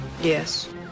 Yes